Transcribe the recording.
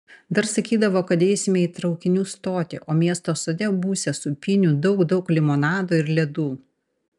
dar sakydavo kad eisime į traukinių stotį o miesto sode būsią sūpynių daug daug limonado ir ledų